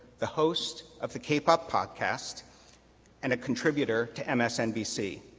the host of the cape up podcast and a contributor to msnbc.